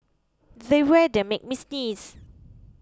the weather made me sneeze